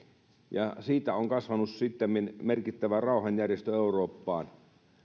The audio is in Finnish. ja siitä on kasvanut sittemmin merkittävä rauhanjärjestö eurooppaan